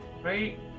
Right